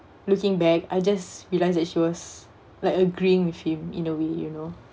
looking back I just realised that she was like agreeing with him in a way you know